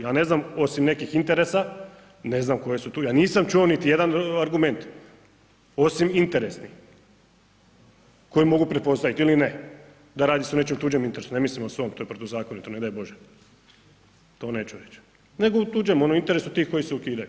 Ja ne znam osim nekih interesa, ne znam koje su tu, ja nisam čuo niti jedan argument osim interesnih koje mogu pretpostaviti ili ne da radi se o nečijem tuđem interesu, ne mislim o svom, to je protuzakonito ne daj bože, to neću reći nego u tuđem ono interesu tih koji se ukidaju.